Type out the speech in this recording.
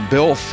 Bill